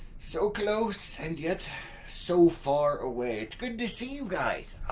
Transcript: so close and yet so far away it's good to see you guys,